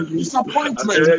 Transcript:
disappointment